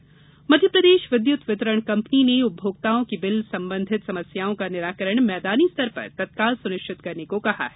बिजली शिकायत मध्यप्रदेश विद्युत वितरण कंपनी ने उपभोक्ताओं की बिल संबंधित समस्याओं का निराकरण मैदानी स्तर पर तत्काल सुनिश्चित करने को कहा है